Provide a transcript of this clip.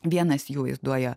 vienas jų vaizduoja